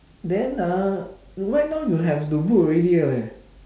then ah right now you have to book already leh